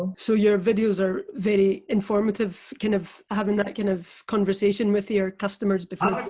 so your videos are very informative kind of having that kind of conversation with your customers but